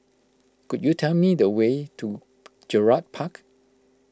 could you tell me the way to Gerald Park